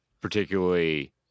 particularly